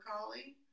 collie